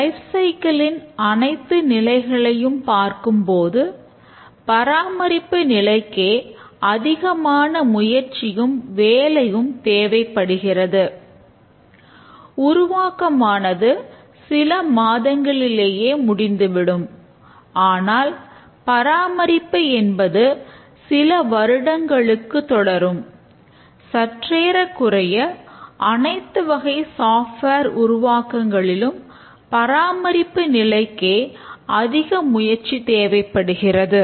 life சைக்கிலின் உருவாக்கங்களிலும் பராமரிப்பு நிலைக்கே அதிக முயற்சி தேவைப்படுகிறது